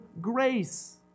grace